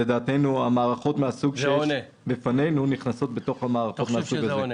לדעתנו המערכות מן הסוג שיש בפנינו נכנסות בתוך המערכות מן הסוג הזה.